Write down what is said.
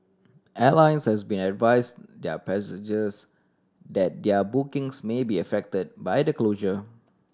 airlines has been advised their passengers that their bookings may be affected by the closure